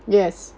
yes